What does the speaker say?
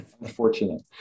Unfortunate